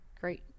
great